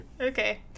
Okay